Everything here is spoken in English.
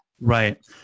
Right